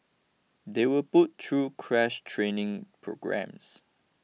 they were put through crash training programmes